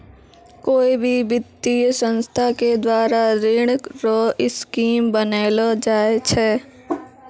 कोय भी वित्तीय संस्था के द्वारा ऋण रो स्कीम बनैलो जाय छै